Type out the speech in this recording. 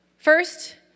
First